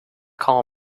call